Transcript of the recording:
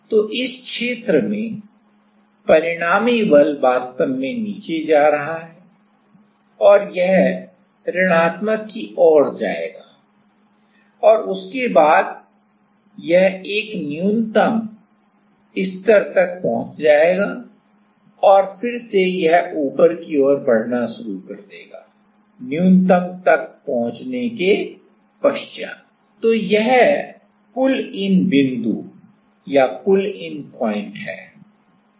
तो इस क्षेत्र में परिणामी बल वास्तव में नीचे जा रहा है और यह ऋणात्मक की ओर जाएगा और उसके बाद यह एक न्यूनतम तक पहुंच जाएगा और फिर से यह ऊपर की ओर बढ़ना शुरू कर देगा न्यूनतम तक पहुंचने के पश्चात तो यह पुल इन बिंदु है